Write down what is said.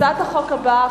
הצעת החוק הבאה,